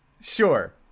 sure